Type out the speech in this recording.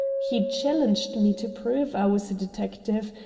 he challenged me to prove i was a detective,